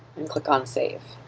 and click on save.